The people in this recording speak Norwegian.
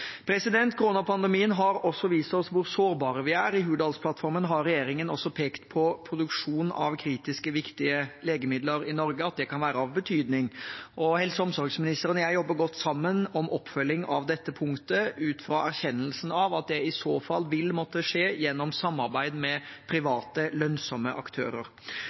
har også vist oss hvor sårbare vi er. I Hurdalsplattformen har regjeringen også pekt på at produksjon av kritisk viktige legemidler i Norge kan være av betydning. Helse- og omsorgsministeren og jeg jobber godt sammen om oppfølging av dette punktet, ut fra erkjennelsen av at det i så fall vil måtte skje gjennom samarbeid med private, lønnsomme aktører.